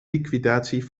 liquidatie